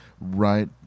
right